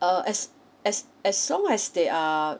uh as as as long as they are